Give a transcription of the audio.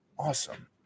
awesome